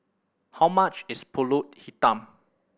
how much is Pulut Hitam